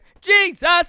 Jesus